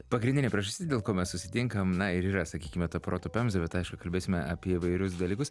pagrindinė priežastis dėl ko mes susitinkam na ir yra sakykime ta proto pemza bet aišku kalbėsime apie įvairius dalykus